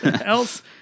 else